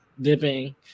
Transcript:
dipping